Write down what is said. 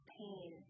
pain